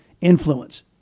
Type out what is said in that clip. influence